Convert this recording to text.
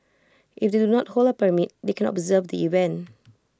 if they do not hold A permit they can observe the event